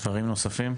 דברים נוספים?